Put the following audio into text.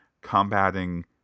combating